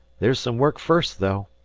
there's some work first, though.